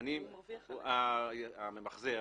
הממחזר